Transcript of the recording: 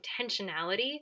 intentionality